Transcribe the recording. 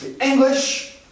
English